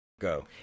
Go